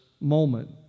moment